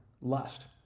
lust